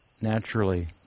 naturally